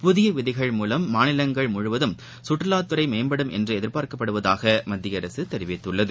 புதியவிதிகள் மூலம் மாநிலங்கள் முழுவதும் சுற்றுலாத்துறைமேம்படும் என்றுஎதிர்பார்க்கப்படுவதாகமத்தியஅரசுதெரிவித்துள்ளது